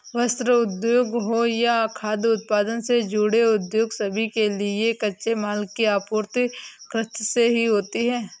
वस्त्र उद्योग हो या खाद्य उत्पादन से जुड़े उद्योग सभी के लिए कच्चे माल की आपूर्ति कृषि से ही होती है